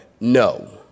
No